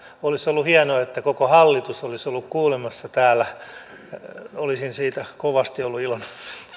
olisi ollut hienoa että koko hallitus olisi ollut kuulemassa täällä olisin siitä kovasti ollut iloinen